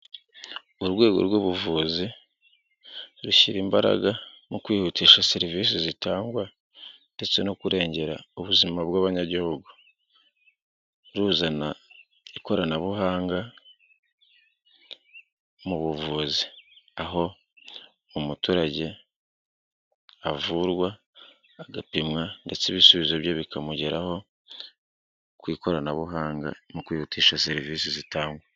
Urwego rw'ubuvuzi rushyira imbaraga mu kwihutisha serivisi zitangwa ndetse no kurengera ubuzima bw'abanyagihugu, ruzana ikoranabuhanga mu buvuzi aho umuturage avurwa agapimwa ndetse ibisubizo bye bikamugeraho ku ikoranabuhanga mu kwihutisha serivisi zitangwa.